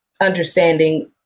understanding